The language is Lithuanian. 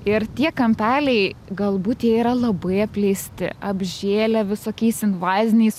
ir tie kampeliai galbūt jie yra labai apleisti apžėlę visokiais invaziniais